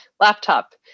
laptop